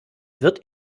wird